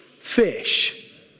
Fish